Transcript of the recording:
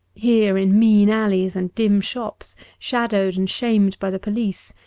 here in mean alleys and dim shops, shadowed and shamed by the police,